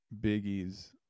Biggie's